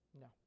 No